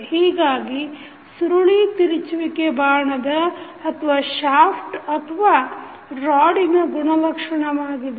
ಹೀಗಾಗಿ ಸುರುಳಿ ತಿರುಚುವಿಕೆ ಬಾಣದ ಅಥವಾ ರಾಡಿನ ಗುಣಲಕ್ಷಣವಾಗಿದೆ